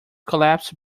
collapsed